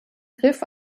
griff